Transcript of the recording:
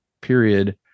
period